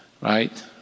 right